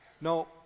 No